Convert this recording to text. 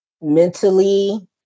Mentally